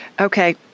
Okay